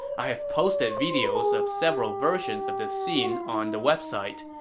i have posted videos of several versions of this scene on the website.